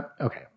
Okay